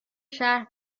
شهر